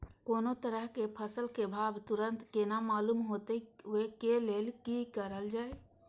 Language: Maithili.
कोनो तरह के फसल के भाव तुरंत केना मालूम होते, वे के लेल की करल जाय?